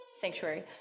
sanctuary